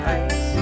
ice